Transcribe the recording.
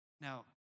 Now